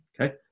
Okay